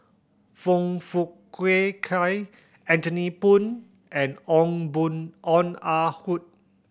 Foong Fook Kay Anthony Poon and Ong Born Ong Ah Hoi